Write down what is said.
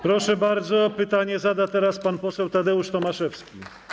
Proszę bardzo, pytanie zada teraz pan poseł Tadeusz Tomaszewski.